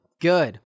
Good